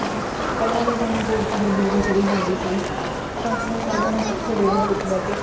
ਠੀਕ ਐ ਪਹਿਲਾਂ ਦੇ ਟਾਈਮ 'ਚ ਅਗਰ ਬਿਜਲੀ ਚਲੀ ਜਾਂਦੀ ਸੀ ਤਾਂ ਕਿ ਇਹ ਸਾਰਿਆਂ ਨੇ ਇਕੱਠੇ ਵੇੜੇ ਦੇ ਵਿੱਚ ਬਹਿ ਕੇ